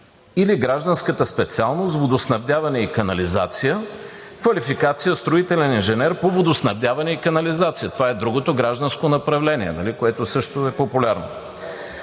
или гражданската специалност „Водоснабдяване и канализация“ – квалификация „Строителен инженер по водоснабдяване и канализация“. Това е другото гражданско направление, което също е популярно.